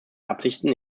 absichten